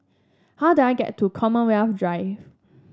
how do I get to Commonwealth Drive